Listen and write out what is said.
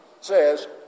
says